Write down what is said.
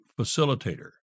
facilitator